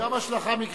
גם השלכה מקרית,